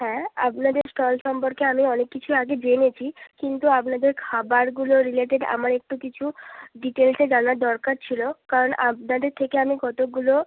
হ্যাঁ আপনাদের স্টল সম্পর্কে আমি অনেক কিছুই আগে জেনেছি কিন্তু আপনাদের খাবারগুলো রিলেটেড আমার একটু কিছু ডিটেলসে জানার দরকার ছিল কারণ আপনাদের থেকে আমি কতকগুলো